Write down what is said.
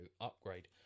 Upgrade